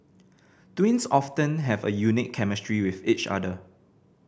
twins often have a unique chemistry with each other